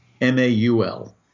M-A-U-L